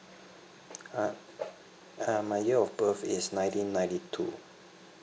uh uh my year of birth is nineteen ninety two